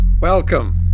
welcome